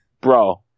bro